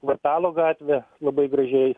kvartalo gatvė labai gražiai